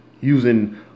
using